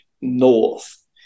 north